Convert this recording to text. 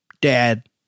Dad